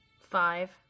Five